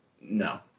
no